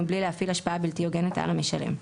ומבלי להפעיל השפעה בלתי הוגנת על המשלם.